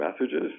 messages